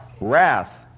Wrath